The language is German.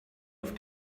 auf